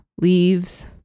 leaves